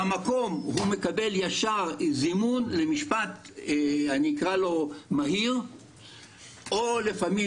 הוא מקבל במקום ישר זימון למשפט מהיר או לפעמים